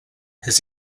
his